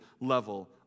level